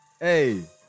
Hey